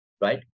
Right